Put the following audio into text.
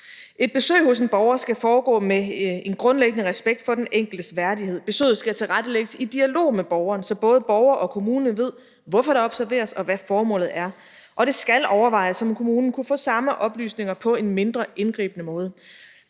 Et besøg hos en borger skal foregå med en grundlæggende respekt for den enkeltes værdighed. Besøget skal tilrettelægges i dialog med borgeren, så både borger og kommune ved, hvorfor der observeres, og hvad formålet er. Og det skal overvejes, om kommunen kunne få samme oplysninger på en mindre indgribende måde.